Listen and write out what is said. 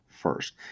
first